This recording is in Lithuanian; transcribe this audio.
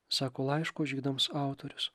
sako laiško žydams autorius